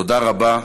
תודה רבה.